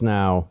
now